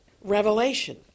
Revelation